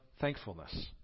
thankfulness